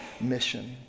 mission